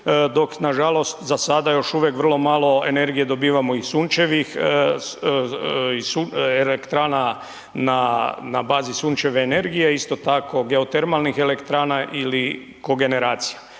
dok nažalost za sada još uvijek vrlo malo energije dobivamo iz elektrana na bazi sunčeve energije, isto tako geotermalnih elektrana ili kogeneracija.